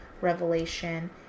revelation